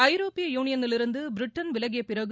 ஐரோப்பிய யுளியனிலிருந்து பிரிட்டன் விலகிய பிறகு